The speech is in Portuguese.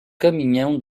caminhão